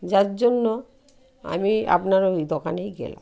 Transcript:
যার জন্য আমি আপনার ওই দোকানেই গেলাম